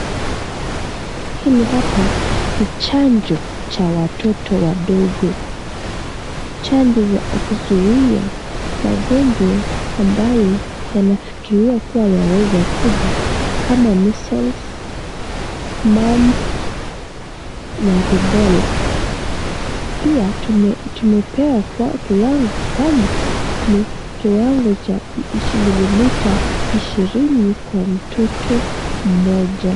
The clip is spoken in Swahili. Hii hapa ni chanjo cha watoto wadogo chanjo ya kuzuia magongwa amabayo yanafikiriwa kuwa yaweza kuja kama measles, mumps na rubela. Pia tumepewa kwamba ni kiwango cha mililita ishirini kwa mtoto mmoja.